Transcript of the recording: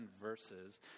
verses